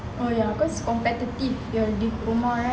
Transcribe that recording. oh ya cause competitive your diploma right